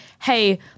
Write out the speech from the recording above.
hey